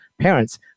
parents